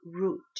root